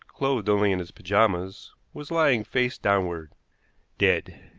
clothed only in his pajamas, was lying face downward dead!